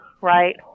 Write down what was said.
Right